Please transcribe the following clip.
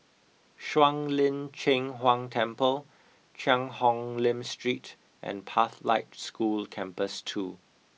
Shuang Lin Cheng Huang Temple Cheang Hong Lim Street and Pathlight School Campus two